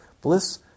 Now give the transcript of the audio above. bliss